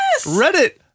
Reddit